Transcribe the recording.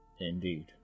Indeed